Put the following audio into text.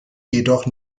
jedoch